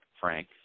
Frank